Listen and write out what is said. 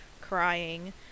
crying